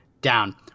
down